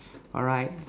alright